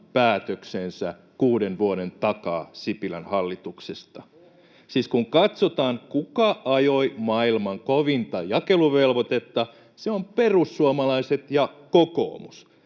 hallituksesta kuuden vuoden takaa. Siis kun katsotaan, kuka ajoi maailman kovinta jakeluvelvoitetta, ne ovat perussuomalaiset ja kokoomus.